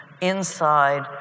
inside